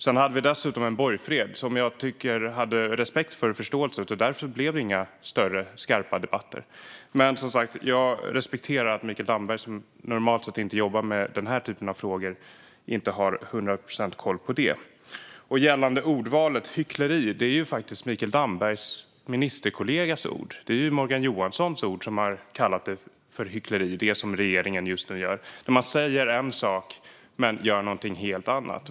Vi hade dessutom en borgfred, som jag hade respekt och förståelse för, och därför blev det inga större skarpare debatter. Men jag respekterar som sagt att Mikael Damberg, som normalt inte jobbar med den här typen av frågor, inte har hundraprocentig koll på det. Gällande ordvalet hyckleri är det faktiskt Mikael Dambergs ministerkollegas ord. Det är Morgan Johansson som har kallat det regeringen just nu gör för hyckleri. Man säger en sak men gör någonting helt annat.